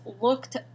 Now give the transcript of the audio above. looked